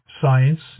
science